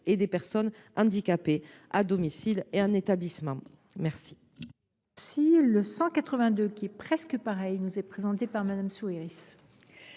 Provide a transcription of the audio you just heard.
et des personnes handicapées, à domicile comme en établissement. Pour